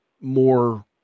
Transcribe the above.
more